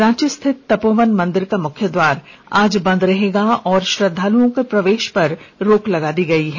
रांची स्थित तपोवन मंदिर का मुख्य द्वार आज बंद रहेगा और श्रद्वालुओं के प्रवेष पर रोक लगा दी गयी है